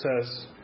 says